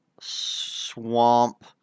swamp